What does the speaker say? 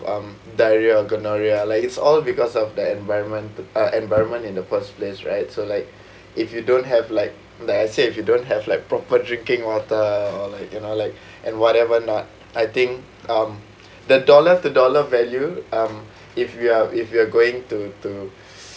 um diarrhoea or gonorrhoea like it's all because of the environment to uh environment in the first place right so like if you don't have like like I say if you don't have like proper drinking water or like you know like and whatever not I think um the dollar to dollar value um if you are if you are going to to